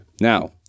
Now